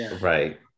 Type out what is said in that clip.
right